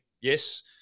yes